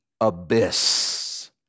abyss